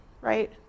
right